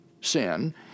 sin